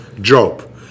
job